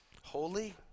Holy